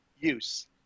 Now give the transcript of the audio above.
use